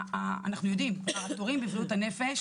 אנחנו יודעים שהתורים בבריאות הנפש